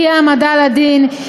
אי-העמדה לדין,